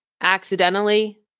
accidentally